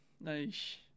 nice